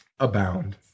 abound